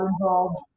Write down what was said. involved